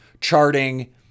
charting